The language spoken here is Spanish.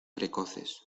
precoces